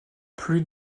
plus